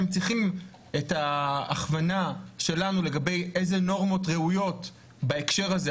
והם צריכים את ההכוונה שלנו לגבי איזה נורמות ראויות בהקשר הזה,